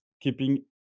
keeping